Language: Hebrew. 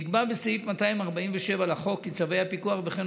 נקבע בסעיף 247 לחוק כי צווי הפיקוח וכן